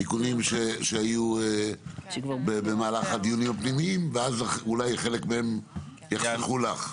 תיקונים שהיו במהלך הדיונים הפנימיים ואז אולי חלק מהם יחסכו לך.